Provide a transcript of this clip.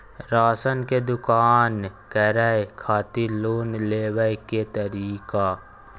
Ration के दुकान करै खातिर लोन लेबै के तरीका?